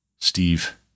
Steve